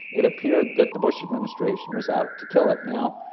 it appeared that the bush administration was out to kill it. now,